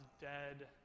dead